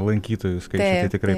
lankytojų skaičių tai tikrai